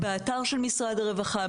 באתר של משרד הרווחה,